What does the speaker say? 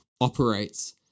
operates